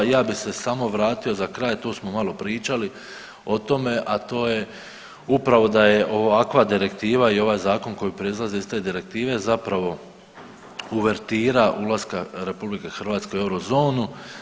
I ja bi se samo vratio za kraj, tu smo malo pričali o tome, a to je upravo da je ovakva direktiva i ovaj zakon koji proizlazi iz te direktive zapravo uvertira ulaska RH u eurozonu.